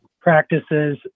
practices